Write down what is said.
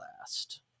last